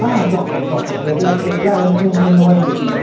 હા ચોક્કસ ચોક્કસ એટલાં એટલાં રેન્ટની અંદર તમને મળી જશે